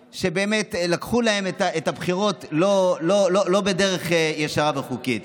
שלקחו להם את הבחירות לא בדרך ישרה או חוקית.